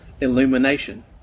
illumination